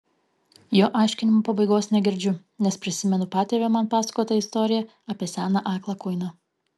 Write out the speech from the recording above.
jo aiškinimo pabaigos negirdžiu nes prisimenu patėvio man pasakotą istoriją apie seną aklą kuiną